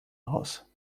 raus